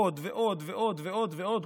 עוד ועוד ועוד ועוד ועוד,